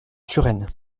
turenne